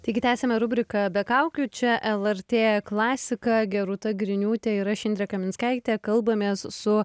taigi tęsiame rubriką be kaukių čia lrt klasika gerūta griniūtė ir aš indrė kaminskaitė kalbamės su